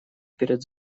перед